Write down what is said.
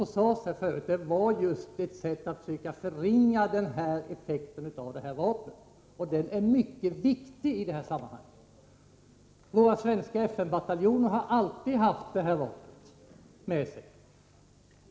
Det Sven-Erik Nordin sade tidigare innebar att han försökte förringa just den egenskapen hos vapnet, och den är mycket viktig i sammanhanget. Våra svenska FN-bataljoner har alltid haft det här vapnet med sig.